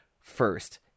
first –